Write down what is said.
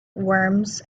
worms